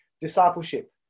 discipleship